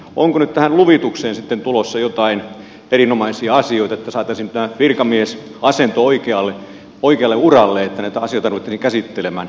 onko nyt tähän luvitukseen sitten tulossa joitain erinomaisia asioita että saataisiin tämä virkamiesasento oikealle uralle että näitä asioita ruvettaisiin käsittelemään